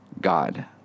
God